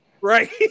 Right